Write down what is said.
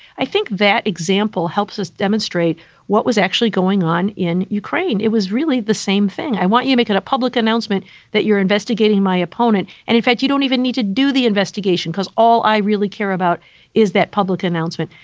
i think that example helps us demonstrate what was actually going on in ukraine. it was really the same thing. i want you making a public announcement that you're investigating my opponent. and in fact, you don't even need to do the investigation, because all i really care about is that public announcement.